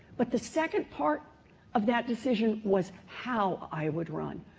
but the second part of that decision was how i would run.